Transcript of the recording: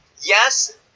Yes